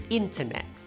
internet